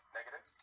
Negative